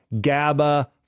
GABA